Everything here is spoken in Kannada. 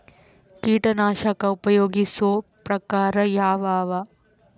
ಕೀಟನಾಶಕ ಉಪಯೋಗಿಸೊ ಪ್ರಕಾರ ಯಾವ ಅವ?